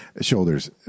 shoulders